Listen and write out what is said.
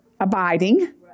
abiding